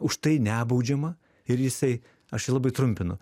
už tai nebaudžiama ir jisai aš čia labai trumpinu